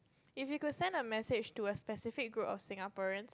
if you could send a message to a specific group of Singaporeans